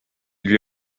lui